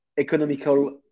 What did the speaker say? economical